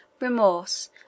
remorse